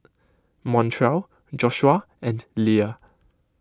Montrell Joshua and Lea